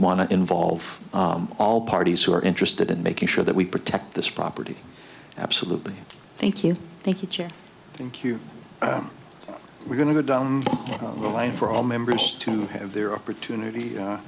want to involve all parties who are interested in making sure that we protect this property absolutely thank you thank you thank you we're going to go down the line for all members to have their opportunity